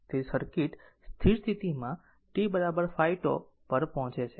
તેથી સર્કિટ સ્થિર સ્થિતિમાં t 5 τ પહોંચે છે